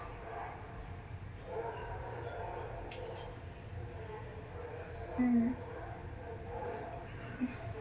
mm